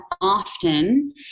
often